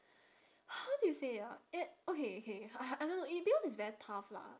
how do you say it ah uh okay K I know it because it's very tough lah